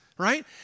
right